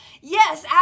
Yes